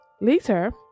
later